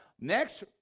Next